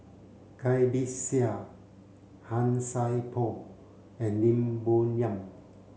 Cai Bixia Han Sai Por and Lim Bo Yam